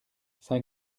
saint